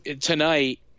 tonight